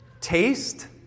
Taste